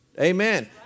Amen